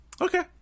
okay